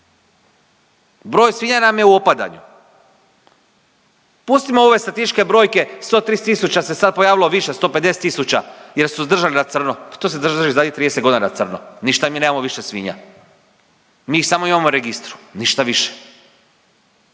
Broj svinja nam je u opadanju, pustimo ove statističke brojke 130.000 se sad pojavilo više 150.000 jer su ih držali na crno. Pa to se držalo zadnjih 30 godina na crno, ništa mi nemamo više svinja, mi ih samo imamo u registru ništa više.